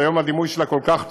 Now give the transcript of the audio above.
שהיום הדימוי שלה כל כך טוב,